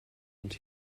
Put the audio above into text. und